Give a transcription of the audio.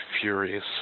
furious